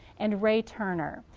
and ray turner,